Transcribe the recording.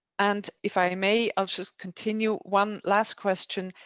and if i may, i'll just continue one last question.